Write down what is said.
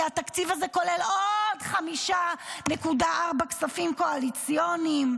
כי התקציב הזה כולל עוד 5.4 כספים קואליציוניים.